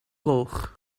goch